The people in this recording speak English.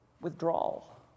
Withdrawal